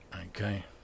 okay